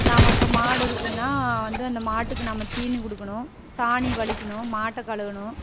நாம் இப்போ மாடு இருக்குதுன்னா வந்து அந்த மாட்டுக்கு நம்ம தீனி கொடுக்கணும் சாணி வழிக்கணும் மாட்டை கழுவணும்